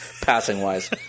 passing-wise